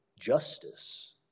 justice